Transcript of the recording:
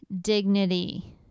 dignity